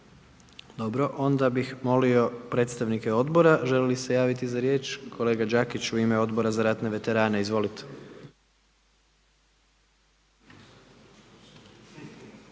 Dobro, onda bih molio predstavnike odbora žele li se javiti za riječ? Kolega Đakić u ime Odbora za ratne veterane, izvolite.